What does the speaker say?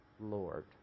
Lord